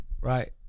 right